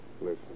Listen